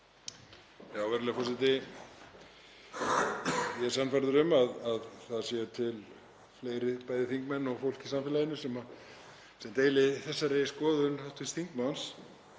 Virðulegur forseti. Ég er sannfærður um að það eru fleiri, bæði þingmenn og fólk í samfélaginu, sem deila þessari skoðun hv. þingmanns.